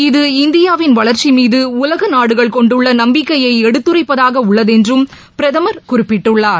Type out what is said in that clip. இது இந்தியாவின் வளர்ச்சிமீதுஉலகநாடுகள் கொண்டுள்ளநம்பிக்கையைஎடுத்துரைப்பதாகஉள்ளதென்றும் பிரதமர் குறிப்பிட்டுள்ளார்